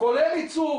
כולל עיצוב,